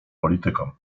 politykom